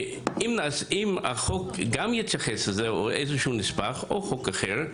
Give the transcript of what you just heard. אם החוק יתייחס גם לזה או יהיה איזשהו נספח או יהיה חוק אחר,